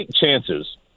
chances